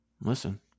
listen